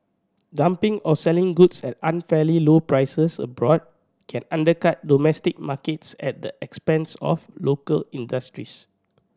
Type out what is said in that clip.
dumping or selling goods at unfairly low prices abroad can undercut domestic markets at the expense of local industries